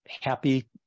happy